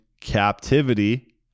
captivity